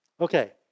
Okay